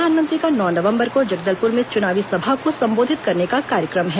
प्रधानमंत्री का नौ नवंबर को जगदलपुर में चुनावी सभा को संबोधित करने का कार्यक्रम है